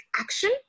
action